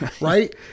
right